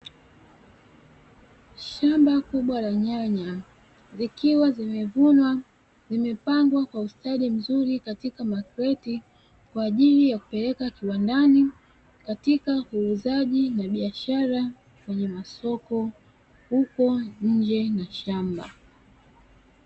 Shamba kubwa la nyanya zikiwa zimevunwa, zimepangwa kwa ustadi mzuri katika makreti. Kwa ajili ya kupeleka kiwandani, katika uuzaji na biashara kwenye masoko huko nje na shamba.